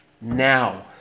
Now